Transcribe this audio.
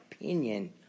Opinion